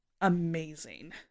amazing